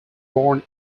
born